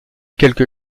quelque